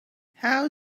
how